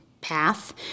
path